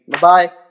Bye